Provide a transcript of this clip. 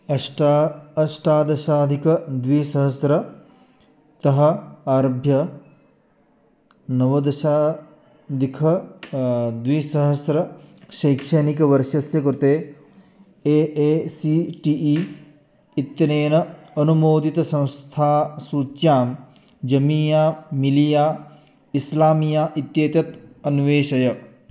अष्ट अष्टादशाधिकद्विसहस्रतः आरभ्य नवदशाधिकं द्विसहस्रशैक्षणिकवर्षस्य कृते A A C T E इत्यनेन अनुमोदितसंस्थासूच्यां जमीया मिलिया इस्लामिया इत्येतत् अन्वेषय